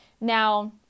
Now